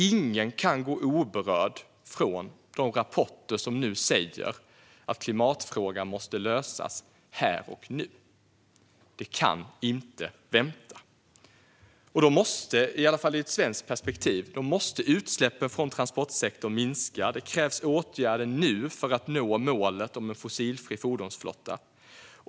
Ingen kan gå oberörd från de rapporter där det nu sägs att klimatfrågan måste lösas här och nu. Det kan inte vänta. Då måste, i alla i fall i ett svenskt perspektiv, utsläppen från transportsektorn minska. Det krävs åtgärder nu för att vi ska nå målet om en fossilfri fordonsflotta.